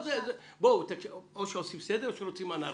או שעושים סדר או שרוצים אנרכיה.